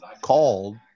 called